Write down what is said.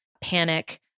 panic